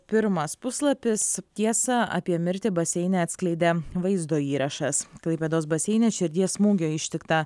pirmas puslapis tiesą apie mirtį baseine atskleidė vaizdo įrašas klaipėdos baseine širdies smūgio ištiktą